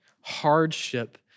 Hardship